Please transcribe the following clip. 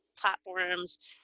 platforms